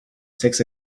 six